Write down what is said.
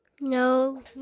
No